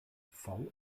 vfl